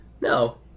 No